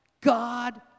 God